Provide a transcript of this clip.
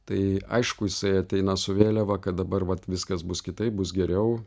tai aišku jisai ateina su vėliava kad dabar vat viskas bus kitaip bus geriau